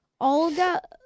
Olga